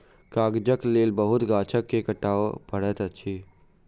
कागजक लेल बहुत गाछ के काटअ पड़ैत अछि